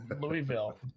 Louisville